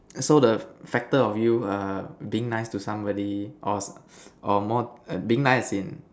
so the Factor of you err being nice to somebody or or more being nice in